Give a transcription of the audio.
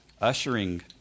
Ushering